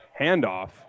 Handoff